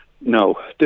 No